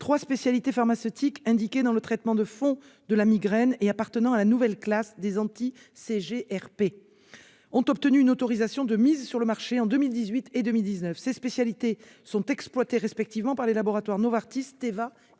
Trois spécialités pharmaceutiques indiquées dans le traitement de fond de la migraine et appartenant à la nouvelle classe des anticorps anti-CGRP ont obtenu une autorisation de mise sur le marché en 2018 et 2019. Ces spécialités sont exploitées respectivement par les laboratoires Novartis, Teva et